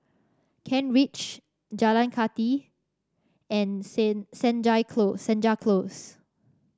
Kent Ridge Jalan Kathi and Senja Close Senja Close